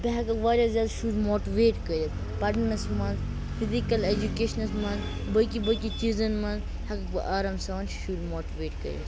بہٕ ہیٚکہٕ واریاہ زیادٕ شُرۍ موٹِویٹ کٔرِتھ پَرنَس مَنٛز فِزِکَل ایٚجُکیشنَس مَنٛز باقٕے باقٕے چیٖزَن مَنٛز ہیٚکہِ بہٕ آرام سان شُرۍ موٹِویٹ کٔرِتھ